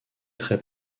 très